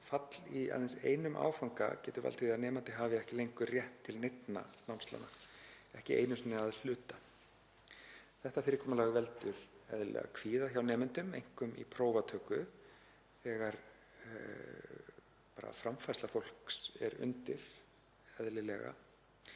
fall í aðeins einum áfanga getur valdið því að nemandi hafi ekki lengur rétt til neinna námslána, ekki einu sinni að hluta. Þetta fyrirkomulag veldur eðlilega kvíða hjá nemendum, einkum í prófatöku, þegar framfærsla fólks er undir, eðlilega.